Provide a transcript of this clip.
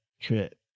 trip